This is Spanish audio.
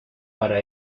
para